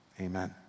amen